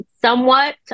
somewhat